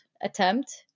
attempt